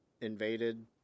invaded